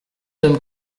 homme